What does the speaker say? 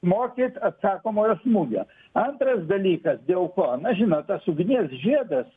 mokėt atsakomojo smūgio antras dalykas dėl ko na žinot tas ugnies žiedas